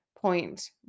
point